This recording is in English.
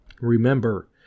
Remember